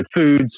foods